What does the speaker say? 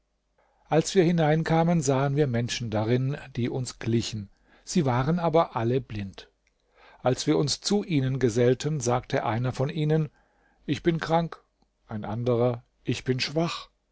als wir hineinkamen sahen wir menschen darin die uns glichen sie waren aber alle blind als wir uns zu ihnen gesellten sagte einer von ihnen ich bin krank ein anderer ich bin schwach